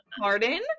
Pardon